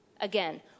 Again